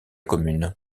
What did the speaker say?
commune